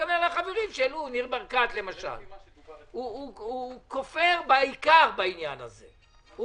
ועדה כמו חבר הכנסת ברקת שכופר בעיקר בעניין הזה.